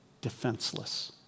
defenseless